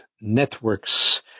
networks